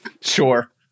sure